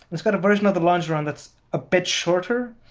it's got a version of the longeron that's a bit shorter.